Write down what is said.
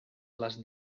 las